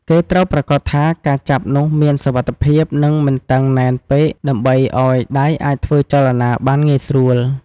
គេត្រូវប្រាកដថាការចាប់នោះមាន សុវត្ថិភាព និងមិនតឹងណែនពេក ដើម្បីឲ្យដៃអាចធ្វើចលនាបានងាយស្រួល។